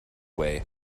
way